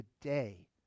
today